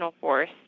force